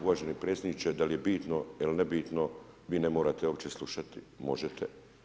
Uvaženi predsjedniče da li je bitno ili nebitno vi ne morate uopće slušati, možete.